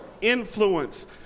Influence